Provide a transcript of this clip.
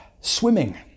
swimming